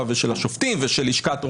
רצית נתון